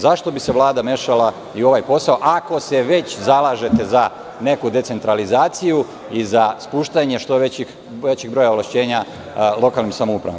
Zašto bi se Vlada mešala i u ovaj posao, ako se već zalažete za neku decentralizaciju i za spuštanje što većeg broja ovlašćenja lokalnim samoupravama?